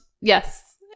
Yes